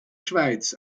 schweiz